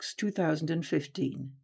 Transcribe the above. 2015